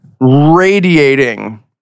radiating